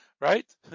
Right